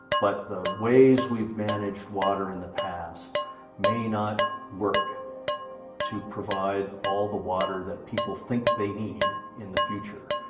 but the ways we've managed water in the past may not work to provide all the water that people think they need in the future.